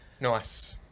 Nice